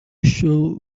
should